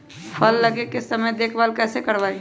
फल लगे के समय देखभाल कैसे करवाई?